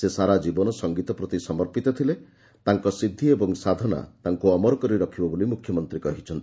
ସେ ସାରାଜୀବନ ସଂଗୀତ ପ୍ରତି ସମର୍ପିତ ଥିଲେ ତାଙ୍କ ସିବି ଓ ସାଧନା ତାଙ୍କୁ ଅମର କରି ରଖିବ ବୋଲି ମୁଖ୍ୟମନ୍ତୀ କହିଛନ୍ତି